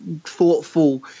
thoughtful